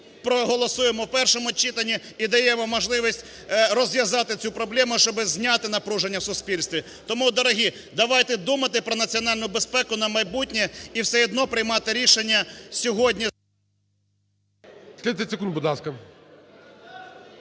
проголосуємо в першому читанні і даємо можливість розв'язати цю проблему, щоби зняти напруження в суспільстві. Тому, дорогі, давайте думати про національну безпеку на майбутнє і все одно приймати рішення сьогодні…